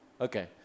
Okay